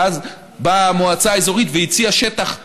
ואז באה המועצה האזורית והציעה שטח,